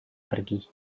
pergi